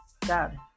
dad